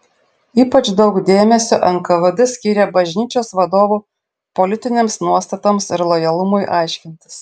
ypač daug dėmesio nkvd skyrė bažnyčios vadovų politinėms nuostatoms ir lojalumui aiškintis